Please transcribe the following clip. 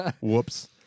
Whoops